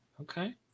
okay